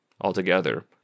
Altogether